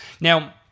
Now